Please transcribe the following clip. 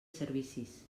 servicis